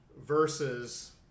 versus